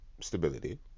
stability